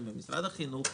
הם במשרד החינוך,